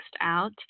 out